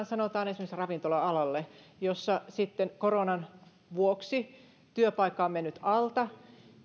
sanotaan esimerkiksi ravintola alalle jossa sitten koronan vuoksi työpaikka on mennyt alta